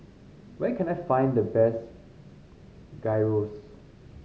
where can I find the best Gyros